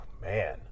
Man